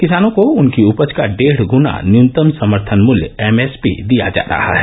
किसानों को उनकी उपज का डेढ़ ग्ना न्यूनतम समर्थन मूल्य एमएसपी दिया जा रहा है